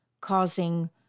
causing